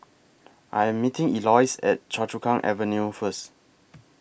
I Am meeting Eloise At Choa Chu Kang Avenue First